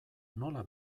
nola